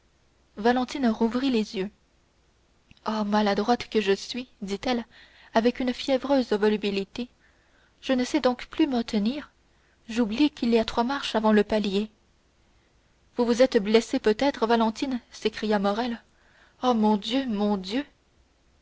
valentine rouvrit les yeux oh maladroite que je suis dit-elle avec une fiévreuse volubilité je ne sais donc plus me tenir j'oublie qu'il y a trois marches avant le palier vous vous êtes blessée peut-être valentine s'écria morrel oh mon dieu mon dieu